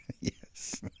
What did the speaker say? Yes